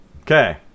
Okay